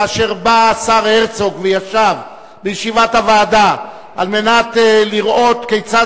כאשר בא השר הרצוג וישב בישיבת הוועדה על מנת לראות כיצד